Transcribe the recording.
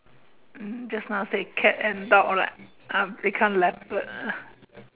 um just now say cat and dog lah uh become leopard